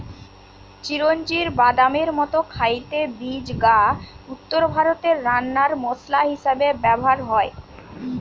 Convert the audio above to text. চিরোঞ্জির বাদামের মতো খাইতে বীজ গা উত্তরভারতে রান্নার মসলা হিসাবে ব্যভার হয়